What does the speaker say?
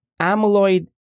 Amyloid